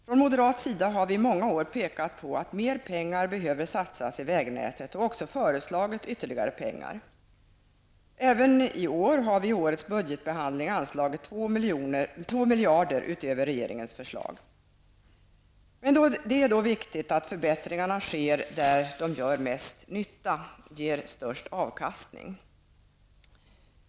Från moderat sida har vi i många pekat på att mer pengar behöver satsas i vägnätet, och vi har också föreslagit ytterligare satsningar. Även i år har vi i vårt budgetförslag anslagit två miljarder utöver regeringens förslag. Men det är då viktigt att förbättringarna sker där de gör mest nytta, ger störst avkastning.